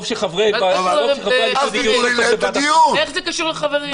טוב שחברי הליכוד --- איך זה קשור לחברים?